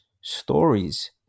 stories